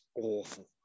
awful